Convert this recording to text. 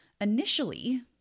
Initially